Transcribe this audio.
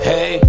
Hey